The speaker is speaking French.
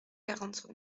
quarante